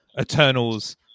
eternals